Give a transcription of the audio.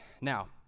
Now